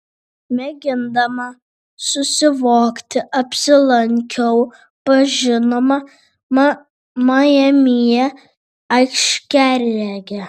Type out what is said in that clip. mėgindama susivokti apsilankiau pas žinomą majamyje aiškiaregę